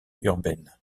urbaine